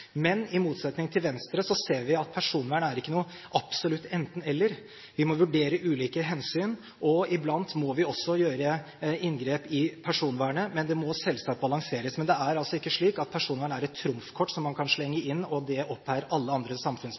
Men i motsetning til Venstre ser vi at personvern er ikke noe absolutt enten–eller. Vi må vurdere ulike hensyn, og iblant må vi også gjøre inngrep i personvernet, men det må selvsagt balanseres. Det er altså ikke slik at personvern er et trumfkort som man kan slenge inn, som oppveier alle andre